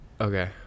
Okay